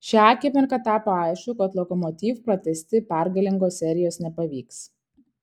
šią akimirką tapo aišku kad lokomotiv pratęsti pergalingos serijos nepavyks